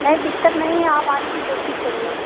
नहीं दिक्कत नहीं है आप आने की कोशिश करिए